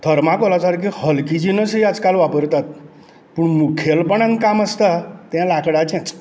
थर्मोकोला सारके हलके जिनसय आजकाल वापरतात पूण मुखेलपणान काम आसता तें लांकडाचेंच